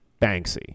Banksy